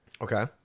Okay